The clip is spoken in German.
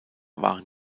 waren